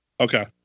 Okay